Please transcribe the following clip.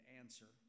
answer